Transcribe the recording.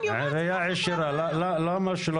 עירייה עשירה, למה שלא תעשה את זה?